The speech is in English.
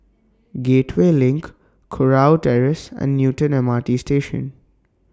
Gateway LINK Kurau Terrace and Newton M R T Station